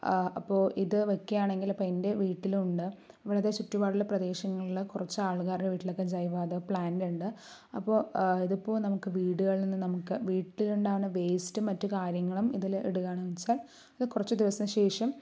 അപ്പോൾ ഇത് വയ്ക്കുകയാണെങ്കിൽ ഇപ്പോൾ എൻ്റെ വീട്ടിലും ഉണ്ട് ഇവിടുത്തെ ചുറ്റുപാടുള്ള പ്രദേശങ്ങളിൽ കുറച്ചാൾക്കാരുടെ വീട്ടിലൊക്കെ ജൈവവാതക പ്ലാന്റ് ഉണ്ട് അപ്പോൾ ഇതിപ്പോൾ നമുക്ക് വീടുകളിൽ നിന്നും നമുക്ക് വീട്ടിലുണ്ടാവുന്ന വേസ്റ്റും മറ്റു കാര്യങ്ങളും ഇതിൽ ഇടുകയാണെന്നു വച്ചാൽ അത് കുറച്ചു ദിവസത്തിനുശേഷം